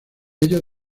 ellas